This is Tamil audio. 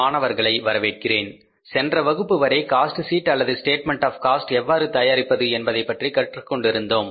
மாணவர்களை வரவேற்கிறேன் சென்ற வகுப்புவரை காஸ்ட் ஷீட் அல்லது ஸ்டேட்மெண்ட் ஆப் காஸ்ட் எவ்வாறு தயாரிப்பது என்பதை கற்றுக்கொண்டிருந்தோம்